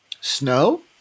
Snow